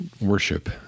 worship